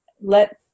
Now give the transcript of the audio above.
let